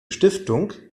stiftung